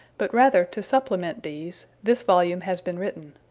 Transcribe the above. but rather to supplement these, this volume has been written.